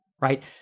right